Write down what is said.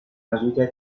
ajouta